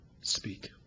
speak